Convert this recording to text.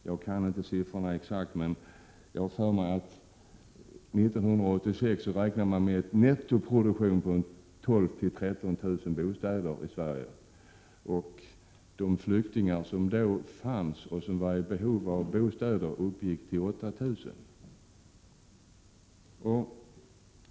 Jag minns inte siffrorna exakt, men jag har för mig att man 1986 räknade med en nettoproduktion av 12 000-13 000 bostäder i Sverige. Det antal flyktingar i vårt land som var i behov av bostäder uppgick då till 8 000.